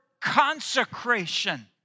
consecration